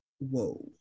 whoa